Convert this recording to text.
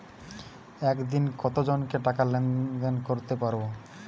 একদিন কত জনকে টাকা লেনদেন করতে পারবো?